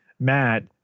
Matt